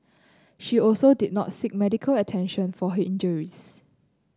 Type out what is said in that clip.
she also did not seek medical attention for he injuries